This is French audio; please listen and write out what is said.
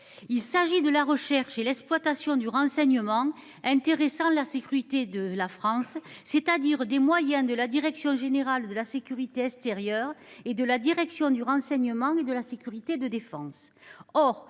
144 : la recherche et l’exploitation du renseignement intéressant la sécurité de la France, c’est à dire les moyens de la direction générale de la sécurité extérieure (DGSE) et de la direction du renseignement et de la sécurité de la défense